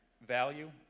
value